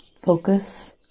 focus